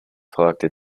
fragte